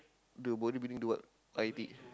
the bodybuilding do what I D